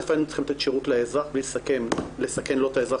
היינו צריכים לתת שירות לאזרח בלי לסכן לא את האזרח